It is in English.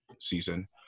season